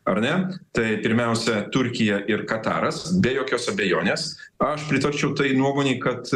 ar ne tai pirmiausia turkija ir kataras be jokios abejonės aš pritarčiau tai nuomonei kad